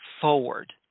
forward